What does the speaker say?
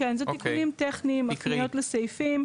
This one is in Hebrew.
כן, אלה תיקונים טכניים, הפניות לסעיפים.